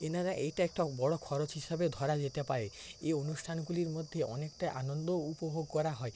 এনারা এইটা একটা বড় খরচ হিসেবে ধরা যেতে পারে এই অনুষ্ঠানগুলির মধ্যে অনেকটাই আনন্দও উপভোগ করা হয়